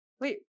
wait